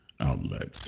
outlets